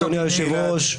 אדוני היושב-ראש,